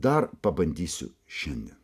dar pabandysiu šiandien